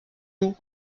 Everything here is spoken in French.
nous